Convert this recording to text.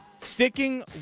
Sticking